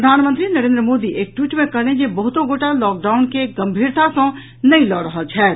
प्रधानमंत्री नरेन्द्र मोदी एक ट्वीट मे कहलनि जे बहुतो गोटा लॉक डाउन के गंभीरता सँ नहि लऽ रहल छथि